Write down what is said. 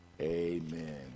Amen